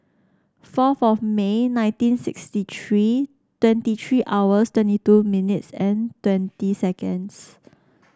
fourth of May nineteen sixty three twenty three hours twenty two minutes and twenty seconds